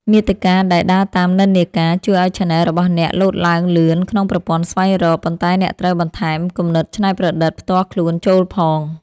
មាតិកាដែលដើរតាមនិន្នាការ ជួយឱ្យឆានែលរបស់អ្នកលោតឡើងលឿនក្នុងប្រព័ន្ធស្វែងរក ប៉ុន្តែអ្នកត្រូវបន្ថែមគំនិតច្នៃប្រឌិតផ្ទាល់ខ្លួនចូលផង។